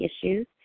issues